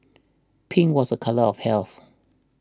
pink was a colour of health